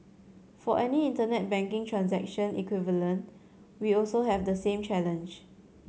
for any Internet banking transaction equivalent we also have the same challenge